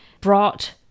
brought